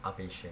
are patient